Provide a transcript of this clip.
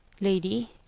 lady